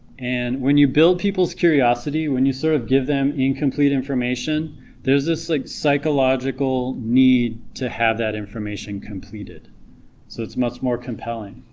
and when you build people's curiosity when you sort of give them incomplete information there's this like psychological need to have that information completed so it's much more compelling